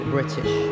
British